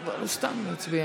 הוא סתם מצביע,